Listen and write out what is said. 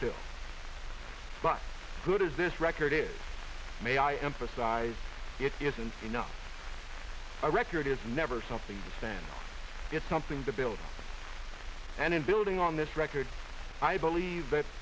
still but good is this record is may i emphasize it isn't enough our record is never something to stand it's something to build and in building on this record i believe that